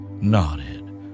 nodded